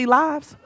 lives